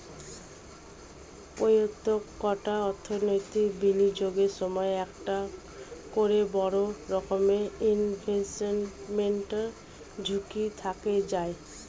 প্রত্যেকটা অর্থনৈতিক বিনিয়োগের সময় একটা করে বড় রকমের ইনভেস্টমেন্ট ঝুঁকি থেকে যায়